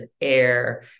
air